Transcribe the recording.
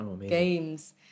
games